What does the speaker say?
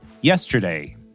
Yesterday